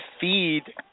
feed